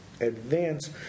advance